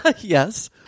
Yes